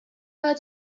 her